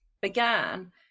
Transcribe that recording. began